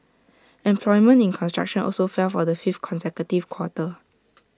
employment in construction also fell for the fifth consecutive quarter